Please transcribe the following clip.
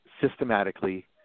systematically